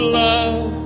love